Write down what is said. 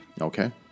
Okay